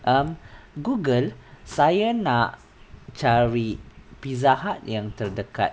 um google nak cari pizza hut yang terdekat